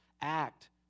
act